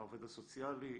העובד הסוציאלי?